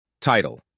Title